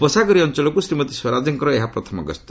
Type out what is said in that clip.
ଉପସାଗରୀୟ ଅଞ୍ଚଳକୁ ଶ୍ରୀମତୀ ସ୍ୱରାଜଙ୍କର ଏହା ପ୍ରଥମ ଗସ୍ତ